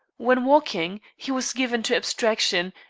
when walking, he was given to abstraction,